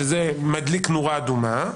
שזה מדליק נורה אדומה.